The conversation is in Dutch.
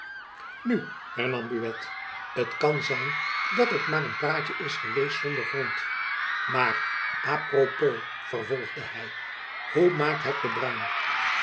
nu hernam buat t kan zijn dat het maar een praatjen is geweest zonder grond maar à propos vervolgde hy hoe maakt het de